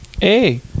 hey